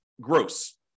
gross